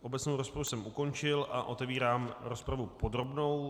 Obecnou rozpravu jsem ukončil a otevírám rozpravu podrobnou.